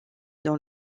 dans